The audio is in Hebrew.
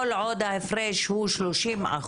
כל עוד ההפרש הוא 30%,